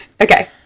Okay